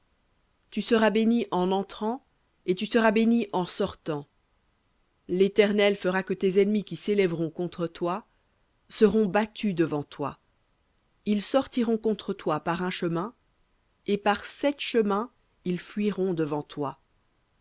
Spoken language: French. tu seras béni en entrant et tu seras béni en sortant léternel fera que tes ennemis qui s'élèveront contre toi seront battus devant toi ils sortiront contre toi par un chemin et par sept chemins ils fuiront devant toi